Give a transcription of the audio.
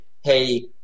hey